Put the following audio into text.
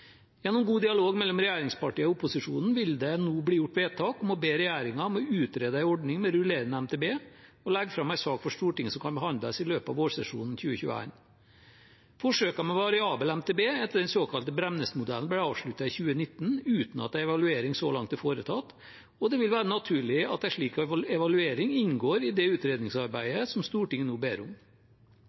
Gjennom god dialog mellom regjeringspartiene og opposisjonen vil det nå bli gjort vedtak om å be regjeringen om å utrede en ordning med rullerende MTB og legge fram en sak for Stortinget som kan behandles i løpet av vårsesjonen 2021. Forsøket med variabel MTB etter den såkalte Bremnes-modellen ble avsluttet i 2019, uten at en evaluering så langt er foretatt. Det vil være naturlig at en slik evaluering inngår i det utredningsarbeidet som Stortinget nå ber om.